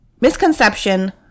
Misconception